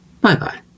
Bye-bye